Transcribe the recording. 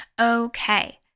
Okay